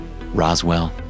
Roswell